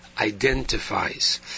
identifies